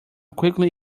quickly